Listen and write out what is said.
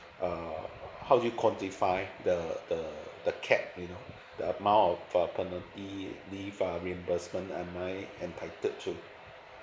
uh how do you contify the the the capped you know the amount of the paternity leave ah reimbursement am I entitled to